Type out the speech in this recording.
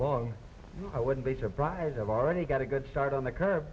long i wouldn't be surprised i've already got a good start on the cu